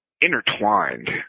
intertwined